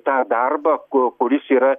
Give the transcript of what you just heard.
tą darbą kuris yra